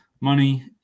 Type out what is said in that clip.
money